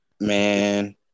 man